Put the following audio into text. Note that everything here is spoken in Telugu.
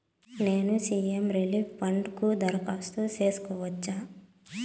నేను సి.ఎం రిలీఫ్ ఫండ్ కు దరఖాస్తు సేసుకోవచ్చా?